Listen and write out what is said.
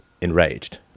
enraged